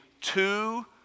two